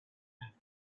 and